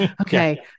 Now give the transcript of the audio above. Okay